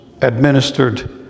administered